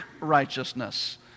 righteousness